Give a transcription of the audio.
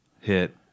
hit